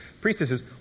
priestesses